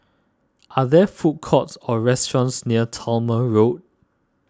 are there food courts or restaurants near Talma Road